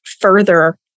further